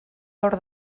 hor